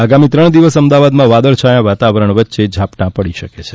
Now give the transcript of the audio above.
આગામી ત્રણ દિવસ અમદાવાદમાં વાદળછાયા વાતાવરણ વચ્ચે ઝાપટાં પડી શકે છે